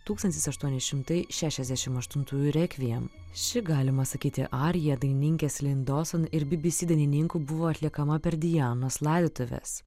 tūkstantis aštuoni šitai šešiasdešim asštuntųjų rekviem ši galima sakyti arija dainininkės lyn dawson ir bbc dainininkų buvo atliekama per dianos laidotuves